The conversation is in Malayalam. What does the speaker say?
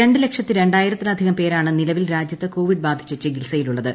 രണ്ട് ലക്ഷത്തി രണ്ടായിരത്തിലധികം പേരാണ് നിലവിൽ രാജ്യത്ത് കോവിഡ് ബാധിച്ച് ചികിത്സയിലുള്ളത്